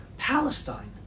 Palestine